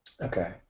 Okay